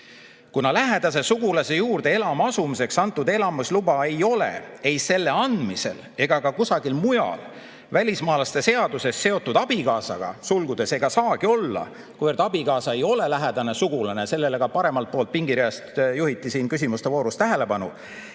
Kuna lähedase sugulase juurde elama asumiseks antud elamisluba ei ole ei selle andmisel ega ka kusagil mujal välismaalaste seaduses seotud abikaasaga ega saagi olla, kuivõrd abikaasa ei ole lähedane sugulane – sellele ka paremalt poolt pingireast juhiti siin küsimuste voorus tähelepanu